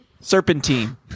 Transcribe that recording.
Serpentine